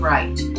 Right